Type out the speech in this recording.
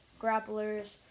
grapplers